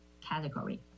category